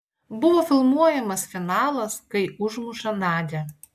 buvo filmuojamas finalas kai užmuša nadią